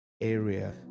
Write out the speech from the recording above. area